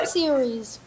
series